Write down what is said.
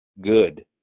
good